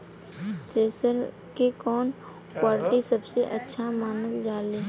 Thresher के कवन quality सबसे अच्छा मानल जाले?